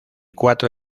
cuatro